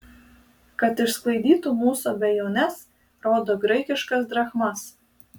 kad išsklaidytų mūsų abejones rodo graikiškas drachmas